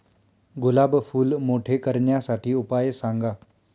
गुलाब फूल मोठे करण्यासाठी उपाय सांगा?